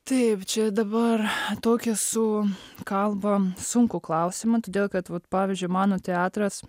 taip čia dabar tokia su kalba sunkų klausimą todėl kad vat pavyzdžiui mano teatras